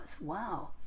Wow